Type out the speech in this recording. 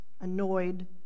annoyed